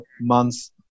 months